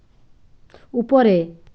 উপরে